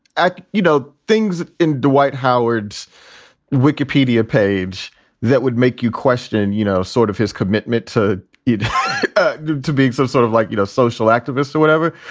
you know, things in dwight howard's wikipedia page that would make you question, you know, sort of his commitment to it to be some sort of like, you know, social activist or whatever.